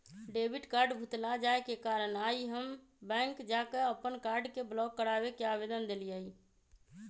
debit card भुतला जाय के कारण आइ हम बैंक जा कऽ अप्पन कार्ड के ब्लॉक कराबे के आवेदन देलियइ